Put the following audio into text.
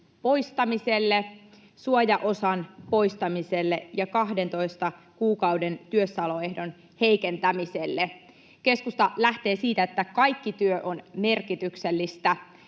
poistamiselle, suojaosan poistamiselle ja 12 kuukauden työssäoloehdon heikentämiselle. Keskusta lähtee siitä, että kaikki työ on merkityksellistä.